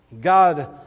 God